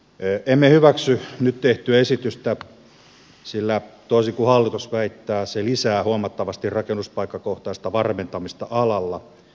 emme hyväksy nyt tehtyä esitystä sillä toisin kuin hallitus väittää se lisää huomattavasti rakennuspaikkakohtaista varmentamista alalla